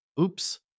Oops